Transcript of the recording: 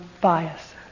bias